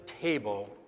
table